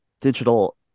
digital